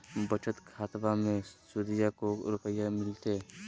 बचत खाताबा मे सुदीया को रूपया मिलते?